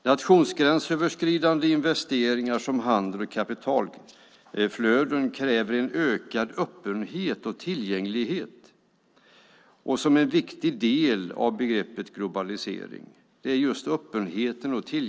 Nationsgränsöverskridande investeringar, handel och kapitalflöden kräver ökad öppenhet och tillgänglighet. Det är en viktig del av begreppet globalisering.